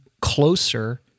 closer